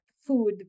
food